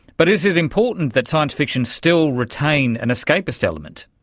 but is it important that science-fiction still retain an escapist element?